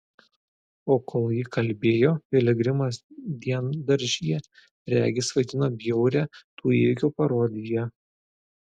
o kol ji kalbėjo piligrimas diendaržyje regis vaidino bjaurią tų įvykių parodiją